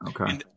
okay